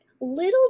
little